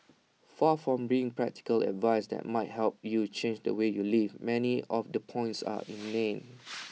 far from being practical advice that might help you change the way you live many of the points are inane